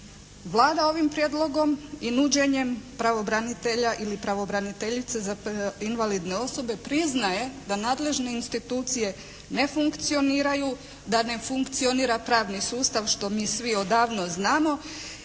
Vlada ovim prijedlogom i nuđenjem pravobranitelja ili pravobraniteljice za invalidne osobe priznaje da nadležne institucije ne funkcioniraju. Da ne funkcionira pravni sustav što mi svi odavno znamo